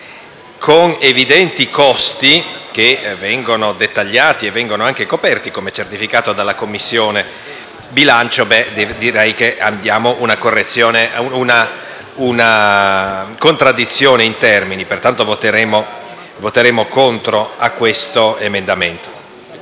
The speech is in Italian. con evidenti costi (dettagliati e coperti, come certificato dalla Commissione bilancio), direi che abbiamo una contraddizione in termini. Pertanto, voteremo contro questo emendamento.